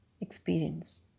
experience